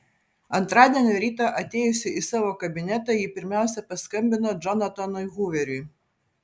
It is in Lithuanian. antradienio rytą atėjusi į savo kabinetą ji pirmiausia paskambino džonatanui huveriui